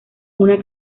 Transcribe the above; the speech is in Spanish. una